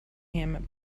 him